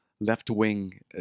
Left-wing